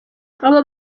abo